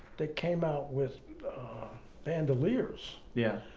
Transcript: they came out with bandoliers, yeah